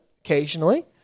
occasionally